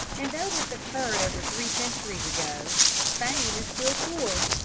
and, though this occurred over three centuries ago, spain is still poor.